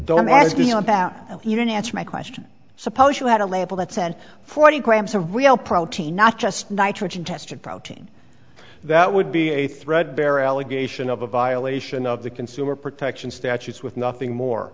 about you didn't answer my question suppose you had a label that said forty grams a real protein not just nitrogen tested protein that would be a threadbare allegation of a violation of the consumer protection statutes with nothing more